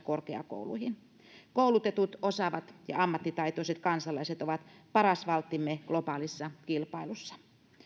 korkeakouluihin koulutetut osaavat ja ammattitaitoiset kansalaiset ovat paras valttimme globaalissa kilpailussa